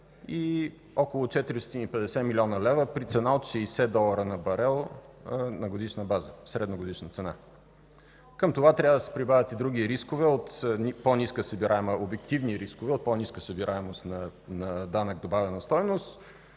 и около 450 млн. лв. при цена от 60 долара на барел на годишна база, средногодишна цена. Към това трябва да се прибавят и други обективни рискове от по-ниска събираемост на данък добавена стойност,